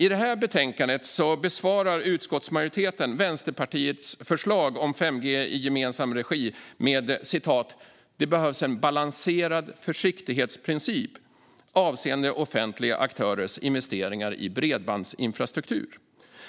I detta betänkande besvarar dock utskottsmajoriteten Vänsterpartiets förslag om 5G i gemensam regi med att det behövs en balanserad försiktighetsprincip avseende offentliga aktörers investeringar i bredbandsinfrastruktur.